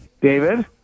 David